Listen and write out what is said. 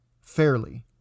Fairly